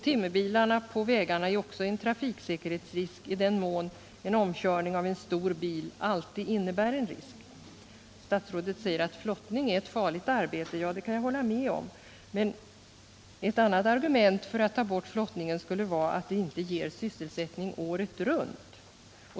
Timmerbilarna på vägarna är också en trafiksäkerhetsrisk i den mån en omkörning av en stor bil alltid innebär en risk. Statsrådet säger att flottning är ett farligt arbete. Det kan jag hålla med om. Ett annat argument för att ta bort flottningen skulle vara att den inte ger sysselsättning året runt.